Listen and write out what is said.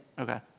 okay.